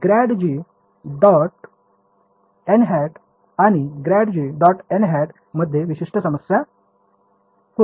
∇g · nˆ आणि ∇g · nˆ मध्ये एक विशिष्ट समस्या होती